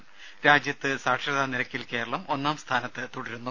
ത രാജ്യത്ത് സാക്ഷരതാ നിരക്കിൽ കേരളം ഒന്നാം സ്ഥാനത്ത് തുടരുന്നു